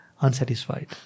unsatisfied